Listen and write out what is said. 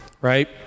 right